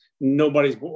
nobody's